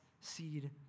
seed